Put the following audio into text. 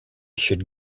should